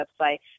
website